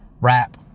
rap